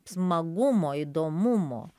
smagumo įdomumo